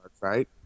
right